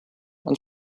and